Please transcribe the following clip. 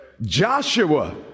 Joshua